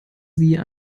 sie